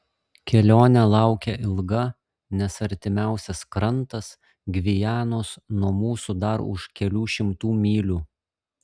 kelionė laukia ilga nes artimiausias krantas gvianos nuo mūsų dar už kelių šimtų mylių